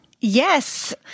Yes